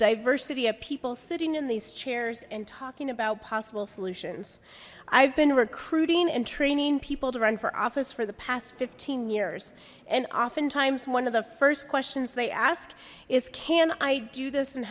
diversity of people sitting in these chairs and talking about possible solutions i've been recruiting and training people to run for office for the past fifteen years and oftentimes one of the first questions they ask is can i do this and